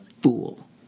fool